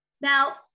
now